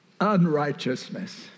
unrighteousness